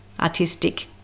artistic